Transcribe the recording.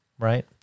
Right